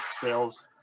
sales